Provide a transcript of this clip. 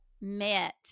met